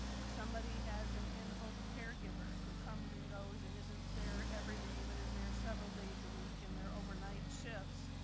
if somebody has an in home caregiver who comes and goes and isn't there every day, but is there several days a week, and they're overnight shifts,